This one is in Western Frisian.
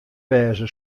wêze